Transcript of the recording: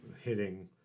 hitting